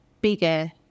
bigger